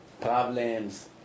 Problems